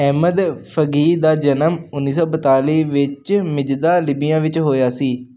Ahmad Fagih ਦਾ ਜਨਮ ਉੱਨੀ ਸੌ ਬਤਾਲੀ ਵਿੱਚ ਮਿਜ਼ਦਾ ਲੀਬੀਆ ਵਿੱਚ ਹੋਇਆ ਸੀ